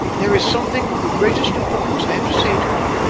there is something of the greatest importance i have to say to you,